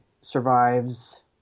survives –